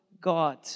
God